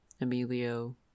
Emilio